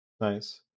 Nice